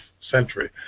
century